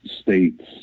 states